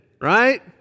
Right